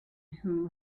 who